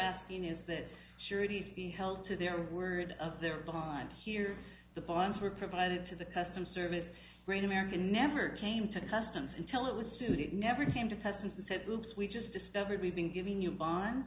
asking is that surety held to their word of their behinds here the bonds were provided to the customs service great american never came to customs until it was sued it never came to cousins and said whoops we just discovered we've been giving you bond